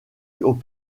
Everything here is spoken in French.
aux